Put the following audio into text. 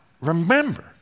remember